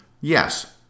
Yes